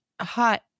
hot